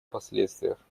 последствиях